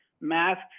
masks